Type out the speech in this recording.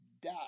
die